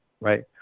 right